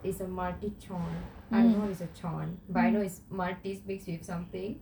it's a marty chon I know it's a chon but I know is marty mixed with something